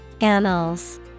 Annals